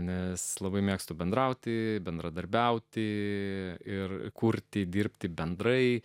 nes labai mėgstu bendrauti bendradarbiauti ir kurti dirbti bendrai